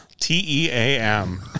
T-E-A-M